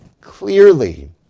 clearly